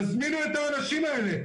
תזמינו את האנשים האלה.